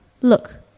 Look